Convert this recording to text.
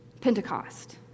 Pentecost